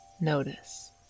notice